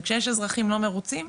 וכשיש אזרחים לא מרוצים,